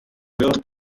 wird